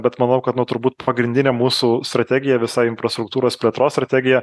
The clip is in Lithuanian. bet manau kad nu turbūt pagrindinė mūsų strategija visa infrastruktūros plėtros strategija